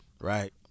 right